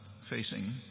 facing